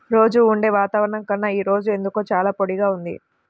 రోజూ ఉండే వాతావరణం కన్నా ఈ రోజు ఎందుకో చాలా పొడిగా ఉంది